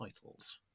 titles